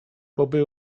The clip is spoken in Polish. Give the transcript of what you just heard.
boby